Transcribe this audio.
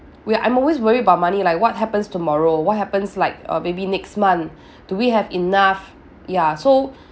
we are I'm always worried about money like what happens tomorrow what happens like uh maybe next month do we have enough ya so